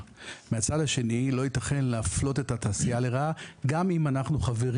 מצד שני לא ייתכן להפלות את התעשייה לרעה גם אם אנחנו כרגע חברים